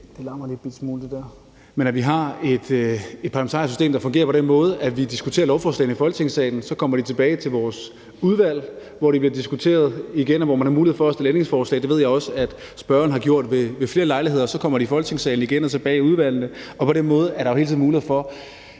taler sammen i salen) – det larmer en lille smule, det dér – at vi diskuterer lovforslagene i Folketingssalen, og så kommer de tilbage til vores udvalg, hvor de bliver diskuteret igen, og hvor man har mulighed for at stille ændringsforslag. Det ved jeg også at spørgeren har gjort ved flere lejligheder. Så kommer de i Folketingssalen igen og tilbage i udvalgene, og på den måde er der jo hele tiden mulighed for,